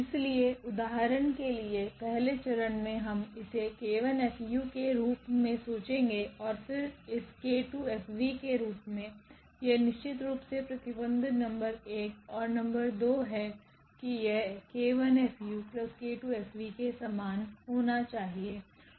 इसलिए उदाहरण के लिए पहले चरण में हम इसेk1𝐹𝑢केरूप मेंसोचेंगेऔर फिर इसk2F के रूप में यह निश्चितरूप से प्रतिबंध नंबर 1 और नंबर 2 है कि यह 𝑘1𝐹𝑢 𝑘2𝐹𝑣 के समान होना चाहिए